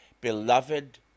beloved